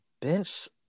bench –